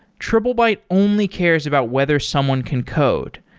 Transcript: triplebyte only cares about whether someone can code.